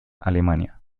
alemania